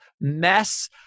mess